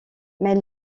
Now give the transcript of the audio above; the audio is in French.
mais